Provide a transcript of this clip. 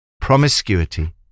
promiscuity